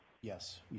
yes